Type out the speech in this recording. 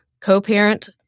co-parent